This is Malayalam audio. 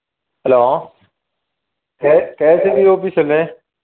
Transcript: hello K K S E B office അല്ലേ